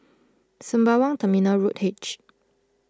Sembawang Terminal Road H